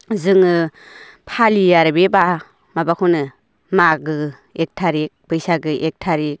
जोङो फालियो आरो बे माबाखौनो मागो एक थारिक बैसागो एक थारिक